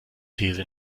these